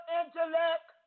intellect